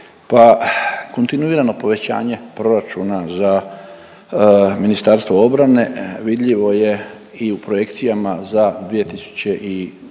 pa kontinuirano povećanje proračuna za Ministarstvo obrane vidljivo je i u projekcijama za 2025.